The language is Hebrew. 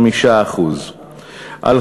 5%; 2,